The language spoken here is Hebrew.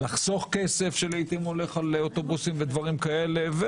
לחסוך כסף שלעיתים הולך על אוטובוסים ודברים כאלה.